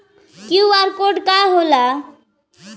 QR code का होला?